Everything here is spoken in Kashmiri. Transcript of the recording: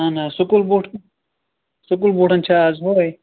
اَہَن حظ سکوٗل بوٗٹھ سکوٗل بوٗٹھَن چھا اَز ہُوہے